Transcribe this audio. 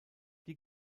die